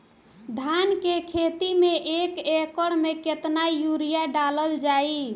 धान के खेती में एक एकड़ में केतना यूरिया डालल जाई?